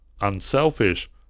Unselfish